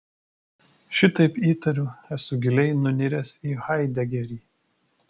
šitaip įtariu esu giliai nuniręs į haidegerį